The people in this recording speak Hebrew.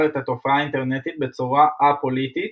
את התופעה האינטרנטית בצורה א-פוליטית